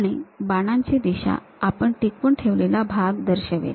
आणि बाणांची दिशा आपण टिकवून ठेवलेला भाग दर्शवेल